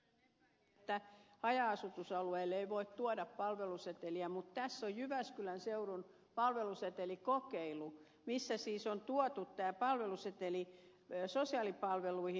kyllönen epäili että haja asutusalueille ei voi tuoda palveluseteliä mutta jyväskylän seudun palvelusetelikokeilussa on tuotu tämä palveluseteli sosiaalipalveluihin